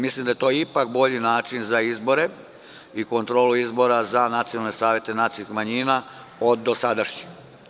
Mislim da je to ipak bolji način za izbore i kontrolu izbora za nacionalne savete nacionalnih manjina od dosadašnjih.